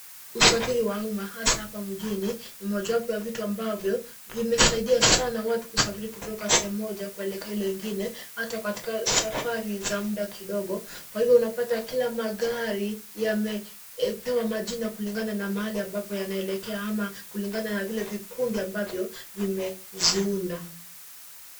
Usafiri wa umma hasa hapa mjini ni mojawapo ya vitu ambavyo vimesaidia sana watu kusafiri kutoka shemu moja kuelekea ile ingine hata katika safari za muda kidogo. Kwa hivyo unapata kila magari yamepewa majina kulinga na mahali amabapo yameelekea ama kulingana na vile vikundi ambavyo vimeziunda.